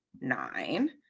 nine